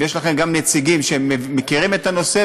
ויש לכם גם נציגים שמכירים את הנושא,